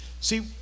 See